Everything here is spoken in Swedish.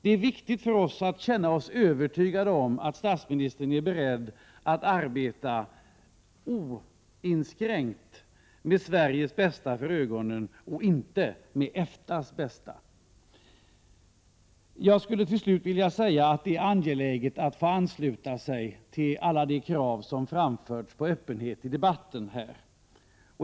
Det är viktigt för oss att känna oss övertygade om att statsministern är beredd att arbeta oinskränkt med Sveriges bästa för ögonen — inte med EFTA:s bästa. Jag skulle till slut vilja säga att det är angeläget att få ansluta sig till alla de krav som här framförts på öppenhet i debatten.